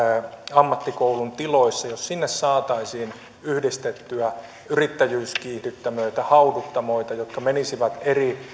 ammattikoulun tiloissa saataisiin yhdistettyä yrittäjyyskiihdyttämöitä hauduttamoita jotka menisivät eri